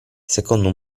secondo